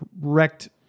wrecked